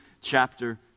chapter